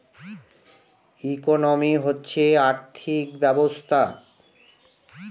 economy হচ্ছে আর্থিক ব্যবস্থা